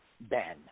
Ben